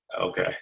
Okay